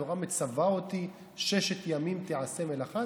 התורה מצווה אותי: ששת ימים תיעשה מלאכה?